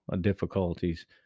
difficulties